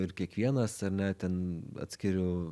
ir kiekvienas ar ne ten atskiriu